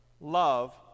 love